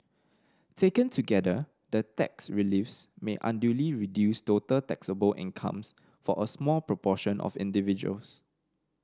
taken together the tax reliefs may unduly reduce total taxable incomes for a small proportion of individuals